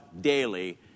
daily